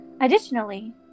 Additionally